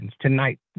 tonight